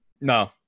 no